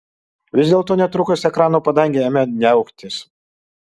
vis dėlto netrukus ekrano padangė ėmė niauktis